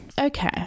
Okay